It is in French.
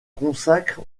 consacre